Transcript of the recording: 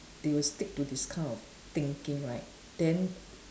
they will stick to this kind of thinking right then